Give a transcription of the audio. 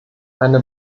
eine